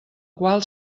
qual